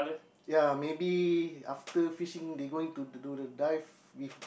ya maybe after fishing they going to dive with